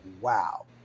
wow